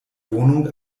wohnung